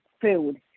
food